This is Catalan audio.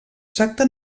tracta